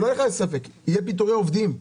שלא יהיה ספק לאף אחד - יהיו פיטורי עובדים,